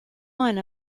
one